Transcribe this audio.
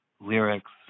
lyrics